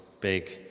big